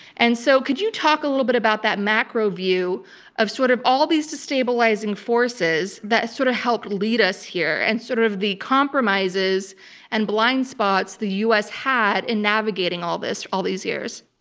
and so could you talk a little bit about that macro view of sort of all these destabilizing forces that sort of helped lead us here? and sort of the compromises and blind spots the u had in navigating all this all these years.